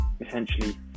essentially